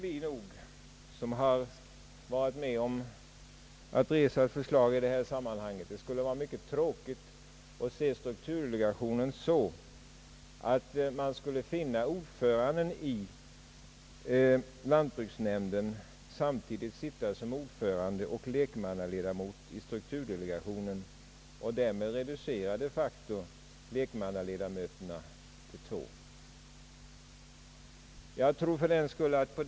Vi som varit med om att utforma ett förslag i detta sammanhang tycker fördenskull att det skulle vara tråkigt om strukturdelegationen utformades så att man skulle kunna finna att ordföranden i lantbruksnämnden samtidigt sitter som ordförande och lekmannaledamot i strukturdelegationen och därmed de facto reducerar lekmannaledamöternas antal till två.